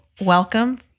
Welcome